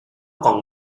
còn